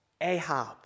Ahab